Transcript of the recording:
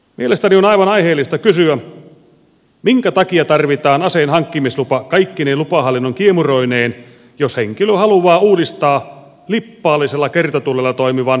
mielestäni on aivan aiheellista kysyä minkä takia tarvitaan aseenhankkimislupa kaikkine lupahallinnon kiemuroineen jos henkilö haluaa uudistaa lippaallisella kertatulella toimivan